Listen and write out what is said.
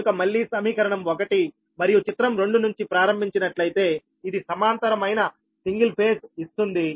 కనుక మళ్ళీ సమీకరణం ఒకటి మరియు చిత్రం రెండు నుంచి ప్రారంభించినట్లయితే ఇది సమాంతరమైన సింగిల్ ఫేజ్ ఇస్తుంది